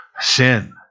sin